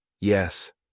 Yes